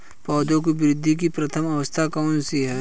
पौधों की वृद्धि की प्रथम अवस्था कौन सी है?